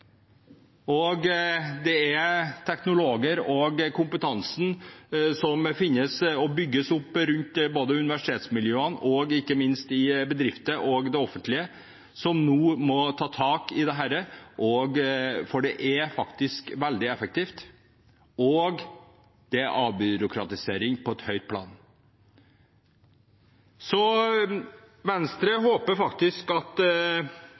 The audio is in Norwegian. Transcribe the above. bruk. Det er teknologer og kompetansen som finnes og bygges opp – rundt universitetsmiljøene og ikke minst i bedrifter og det offentlige – som nå må ta tak i dette, for det er faktisk veldig effektivt, og det er avbyråkratisering på et høyt plan. Venstre håper at